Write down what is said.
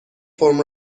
فرم